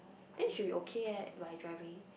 then should be okay eh but you driving